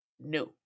no